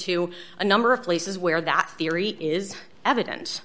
to a number of places where that theory is eviden